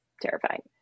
terrifying